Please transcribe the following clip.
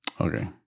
Okay